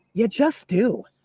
you just do.